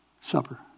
supper